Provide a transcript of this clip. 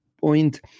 point